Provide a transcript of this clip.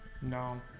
no